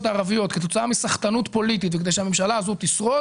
הערביות כתוצאה מסחטנות פוליטית וכדי שהממשלה הזאת תשרוד